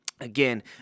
Again